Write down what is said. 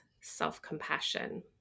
self-compassion